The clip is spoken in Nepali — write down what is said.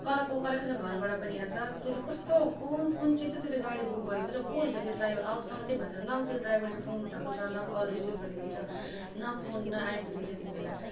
कराएको कराएकै छ घरबाट पनि अन्त तैँले कस्तो कुन कुन चाहिँ त तैँले गाडी बुक गरेको छ को रहेछ त्यो ड्राइभर आओस् त मात्रै भनेर न त्यो ड्राइभरले फोन उठाएको छ न कल रिसिभ गरेको छ न फोन न आइपुगेछ यति बेला